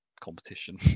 competition